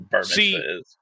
See